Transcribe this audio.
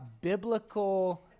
biblical